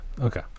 Okay